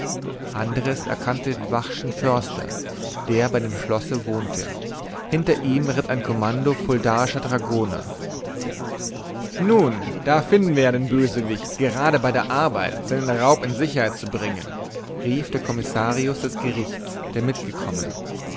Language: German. andres erkannte den vachschen förster der bei dem schlosse wohnte hinter ihm ritt ein kommando fuldaischer dragoner nun da finden wir ja den bösewicht gerade bei der arbeit seinen raub in sicherheit zu bringen rief der kommissarius des gerichts der mitgekommen